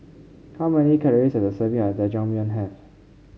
how many calories does a serving of Jajangmyeon have